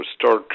start